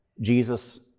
Jesus